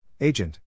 Agent